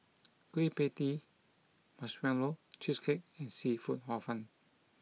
Kueh Pie Tee Marshmallow Cheesecake and Seafood Hor Fun